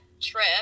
trip